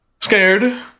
scared